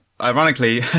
ironically